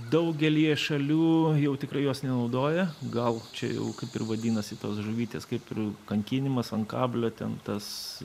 daugelyje šalių jau tikrai jos nenaudoja gal čia jau kaip ir vadinasi tos žuvytės kaip ir kankinimas ant kablio ten tas